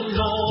no